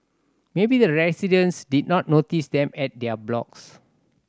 maybe the residents did not notice them at their blocks